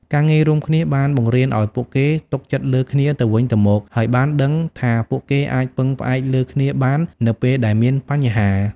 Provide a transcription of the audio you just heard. ការងាររួមគ្នាបានបង្រៀនឱ្យពួកគេទុកចិត្តលើគ្នាទៅវិញទៅមក ហើយបានដឹងថាពួកគេអាចពឹងផ្អែកលើគ្នាបាននៅពេលដែលមានបញ្ហា។